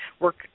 work